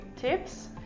tips